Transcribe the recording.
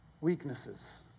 weaknesses